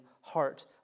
heart